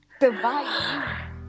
divide